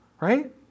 right